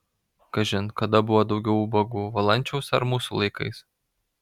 kažin kada buvo daugiau ubagų valančiaus ar mūsų laikais